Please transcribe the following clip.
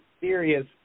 serious